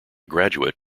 graduate